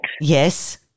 Yes